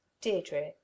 Deirdre